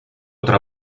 tra